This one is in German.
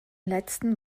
letzten